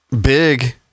Big